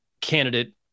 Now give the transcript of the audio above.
candidate